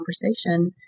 conversation